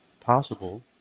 possible